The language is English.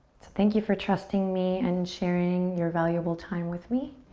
thank you for trusting me and sharing your valuable time with me.